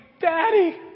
Daddy